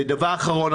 ודבר אחרון,